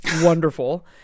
wonderful